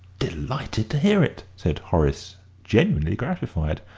delighted to hear it, said horace, genuinely gratified.